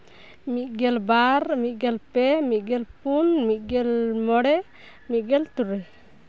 ᱢᱤᱫᱜᱮᱞ ᱵᱟᱨ ᱢᱤᱫᱜᱮᱞ ᱯᱮ ᱢᱤᱫᱜᱮᱞ ᱯᱩᱱ ᱢᱤᱫᱜᱮᱞ ᱢᱚᱬᱮ ᱢᱤᱫᱜᱮᱞ ᱛᱩᱨᱩᱭ